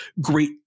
great